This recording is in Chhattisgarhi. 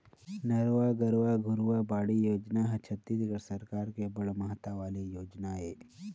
नरूवा, गरूवा, घुरूवा, बाड़ी योजना ह छत्तीसगढ़ सरकार के बड़ महत्ता वाले योजना ऐ